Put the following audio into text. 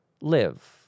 live